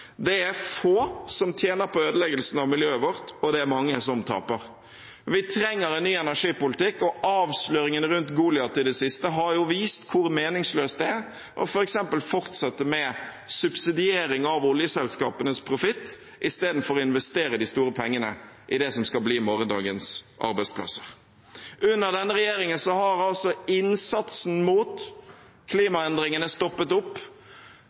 Det er få som tjener på ødeleggelsen av miljøet vårt, og det er mange som taper. Vi trenger en ny energipolitikk, og avsløringene rundt Goliat i det siste har vist hvor meningsløst det f.eks. er å fortsette med subsidiering av oljeselskapenes profitt istedenfor å investere de store pengene i det som skal bli morgendagens arbeidsplasser. Under denne regjeringen har innsatsen mot klimaendringene stoppet opp,